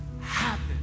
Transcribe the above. happen